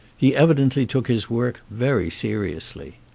he evidently took his work very seriously.